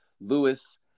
Lewis